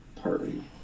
party